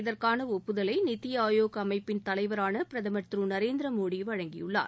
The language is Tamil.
இதற்கான ஒப்புதலை நித்தி ஆயோக் அமைப்பின் தலைவரான பிரதமர் திரு நரேந்திர மோடி வழங்கியுள்ளார்